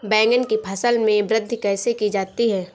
बैंगन की फसल में वृद्धि कैसे की जाती है?